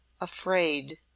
afraid